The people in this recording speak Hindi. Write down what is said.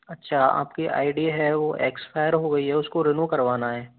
अच्छा आपकी आई डी है वो एक्सपायर हो गयी है उसको रिन्यू करवाना है